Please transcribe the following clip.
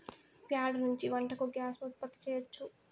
ప్యాడ నుంచి వంటకు గ్యాస్ ను ఉత్పత్తి చేయచ్చు